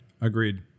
agreed